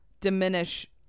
diminish